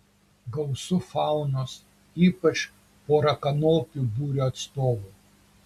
gausu faunos ypač porakanopių būrio atstovų